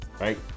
right